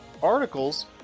articles